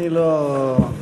אני לא,